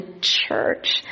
church